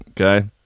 okay